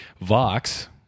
Vox